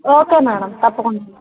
okay madam తప్పకుండా